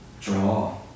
draw